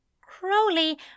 Crowley